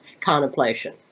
contemplation